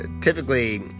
typically